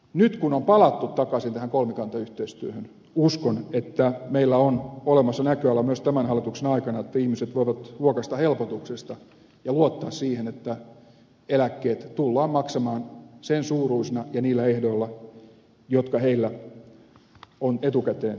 nyt kun on palattu takaisin tähän kolmikantayhteistyöhön uskon että meillä on olemassa näköala myös tämän hallituksen aikana että ihmiset voivat huokaista helpotuksesta ja luottaa siihen että eläkkeet tullaan maksamaan luvatun suuruisina ja niillä ehdoilla jotka heillä on etukäteen tiedossa